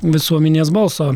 visuomenės balso